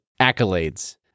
accolades